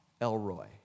Elroy